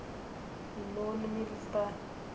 Loan मिलता?